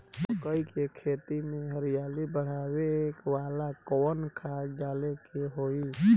मकई के खेती में हरियाली बढ़ावेला कवन खाद डाले के होई?